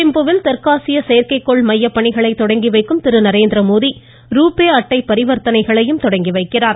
திம்புவில் தெற்காசிய செயற்கைகோள் மையப் பணிகளை தொடங்கி வைக்கும் திரு நரேந்திரமோடி ருபே அட்டை பரிவர்த்தனையையும் துவக்கி வைக்கிறார்